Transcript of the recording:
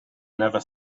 never